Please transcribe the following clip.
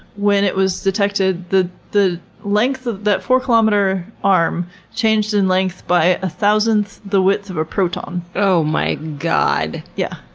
when it was detected, the the length of that four-kilometer arm changed in length by a thousandth of the width of a proton. oh my god. yeah.